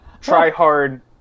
try-hard